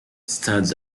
stands